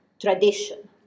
tradition